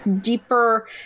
deeper